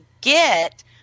get